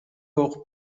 окуп